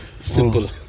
simple